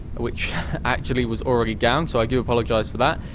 which actually was already down so i do apologise for that.